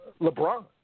LeBron